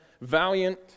valiant